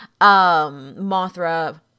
Mothra